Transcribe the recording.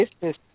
business